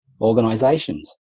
organizations